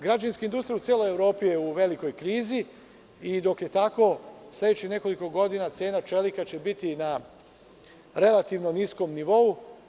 Građevinska industrija u celoj Evropi je u velikoj krizi i dok je tako sledećih nekoliko godina cena čelika će biti na relativno niskom nivou.